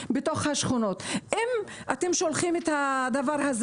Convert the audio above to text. אם אתם שולחים את ההודעה,